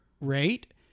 rate